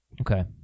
Okay